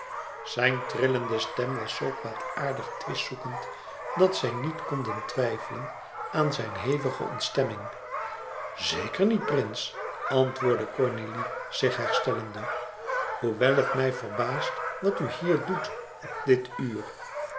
zijn trillende stem was zoo kwaadaardig twistzoekend dat zij niet konden twijfelen aan zijne hevige ontstemming eker niet prins antwoordde cornélie zich herstellende hoewel het mij verbaast wat u hier doet op dit uur